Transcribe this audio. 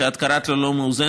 שאת קראת לה לא מאוזנת,